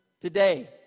today